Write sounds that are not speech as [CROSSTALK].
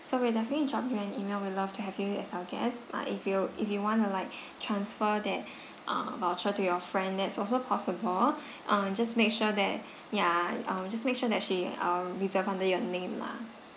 so we'll definitely drop you an email we love to have you as our guests ah if you if you want to like [BREATH] transfer that [BREATH] ah voucher to your friend that's also possible [BREATH] um just make sure that ya um just make sure that she um reserve under your name lah